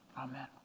Amen